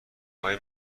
های